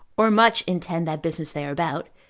or much intend that business they are about,